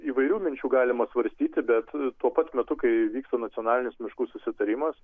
įvairių minčių galima svarstyti bet tuo pat metu kai vyksta nacionalinis miškų susitarimas